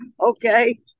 Okay